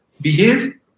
behave